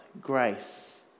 grace